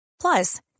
Plus